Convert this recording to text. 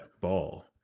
ball